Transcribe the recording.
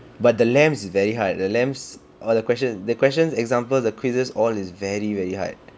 but the labs very hard the labs all the question the question example the quizzes all is very very hard